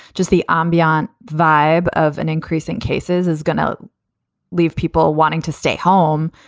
just the ambient vibe of an increase in cases is going to leave people wanting to stay home,